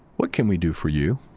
what can we do for you?